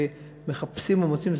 ומחפשים ומוצאים,